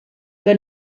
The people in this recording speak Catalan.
que